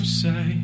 say